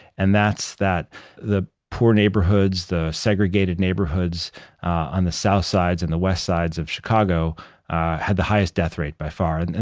and that's that the poor neighborhoods the segregated neighborhoods on the south sides and the west sides of chicago had the highest death rate by far. and and